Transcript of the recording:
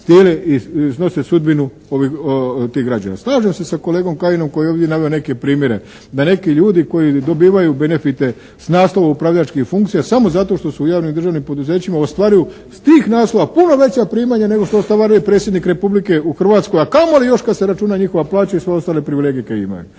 se./… i nose sudbinu tih građana. Slažem se kolegom Kajinom koji je ovdje naveo neke primjere da neki ljudi koji dobivaju benefite s naslova upravljačkih funkcija samo zato što su u javnim i državnim poduzećima ostvaruju s tih naslova puno veća primanja nego što ostvaruje predsjednik Republike u Hrvatskoj a kamoli još kad se računa njihova plaća i sve ostale privilegije koje imaju.